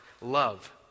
love